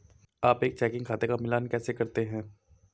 आप एक चेकिंग खाते का मिलान कैसे करते हैं?